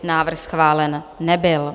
Návrh schválen nebyl.